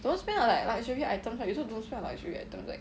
don't spend on luxury items lah you also don't spend on luxury items like